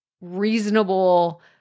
reasonable